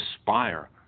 aspire